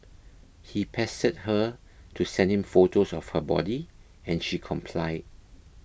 he pestered her to send him photos of her body and she complied